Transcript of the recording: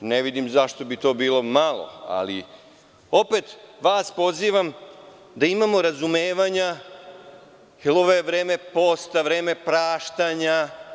Ne vidim zašto bi to bilo malo, ali opet vas pozivam da imamo razumevanja, jer ovo je vreme posta, vreme praštanja.